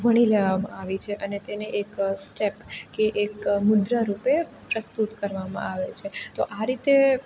વણી લેવામાં આવી છે તેને એક સ્ટેપ કે એક મુદ્રા રૂપે પ્રસ્તુત કરવામાં આવે છે તો આ રીતે